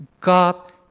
God